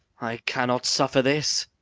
i cannot suffer this.